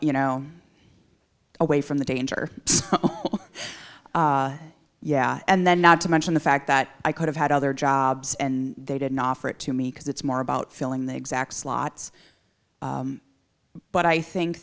you know away from the danger yeah and then not to mention the fact that i could have had other jobs and they didn't offer it to me because it's more about filling the exact slots but i think